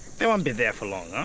they won't be there for long,